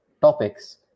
topics